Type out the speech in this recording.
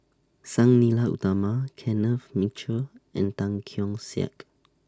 Sang Nila Utama Kenneth Mitchell and Tan Keong Saik